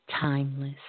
timeless